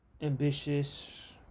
ambitious